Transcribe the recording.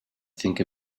think